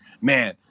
man